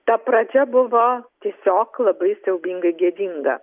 ta pradžia buvo tiesiog labai siaubingai gėdinga